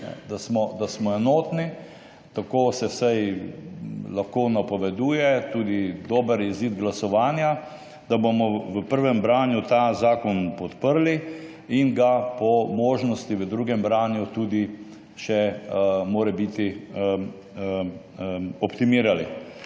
da smo enotni – tako se vsaj lahko napoveduje tudi dober izid glasovanja – da bomo v prvem branju ta zakon podprli in ga po možnosti v drugem branju tudi še optimirali.